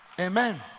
amen